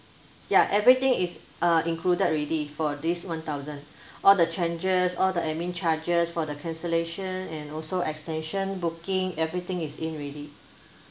ya everything is uh included already for this one thousand all the changes all the admin charges for the cancellation and also extension booking everything is in already